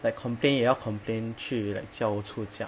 like complain 也要 complain 去 like 教务处这样